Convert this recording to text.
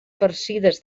farcides